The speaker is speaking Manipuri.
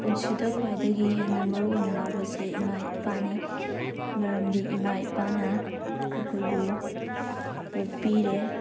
ꯄꯨꯟꯁꯤꯗ ꯈ꯭ꯋꯥꯏꯗꯒꯤ ꯍꯦꯟꯅ ꯃꯔꯨꯑꯣꯏꯅ ꯂꯧꯕꯁꯦ ꯏꯃꯥ ꯏꯄꯥꯅꯤ ꯃꯔꯝꯗꯤ ꯏꯃꯥ ꯏꯄꯥꯅ ꯑꯩꯈꯣꯏꯕꯨ ꯄꯣꯛꯄꯤꯔꯦ